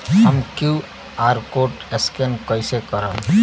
हम QR code scan कइसे करब?